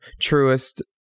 truest